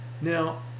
Now